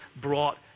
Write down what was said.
brought